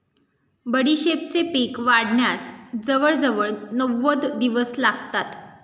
बडीशेपेचे पीक वाढण्यास जवळजवळ नव्वद दिवस लागतात